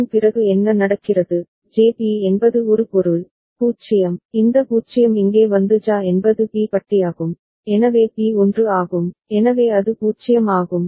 அதன் பிறகு என்ன நடக்கிறது JB என்பது ஒரு பொருள் 0 இந்த 0 இங்கே வந்து JA என்பது B பட்டியாகும் எனவே B 1 ஆகும் எனவே அது 0 ஆகும்